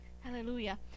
Hallelujah